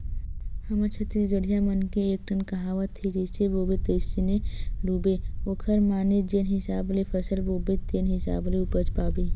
हमर छत्तीसगढ़िया मन के एकठन कहावत हे जइसे बोबे तइसने लूबे ओखर माने जेन हिसाब ले फसल बोबे तेन हिसाब ले उपज पाबे